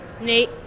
Nate